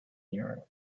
europe